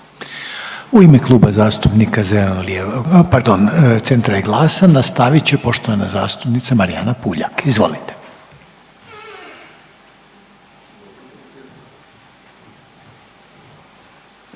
U ime Kluba zastupnika zeleno, pardon Centra i GLAS-a nastavit će poštovana zastupnica Marijana Puljak. Izvolite.